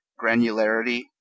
granularity